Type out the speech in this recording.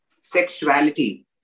sexuality